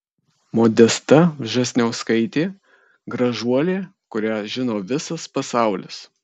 modesta vžesniauskaitė gražuolė kurią žino visas pasaulis